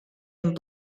and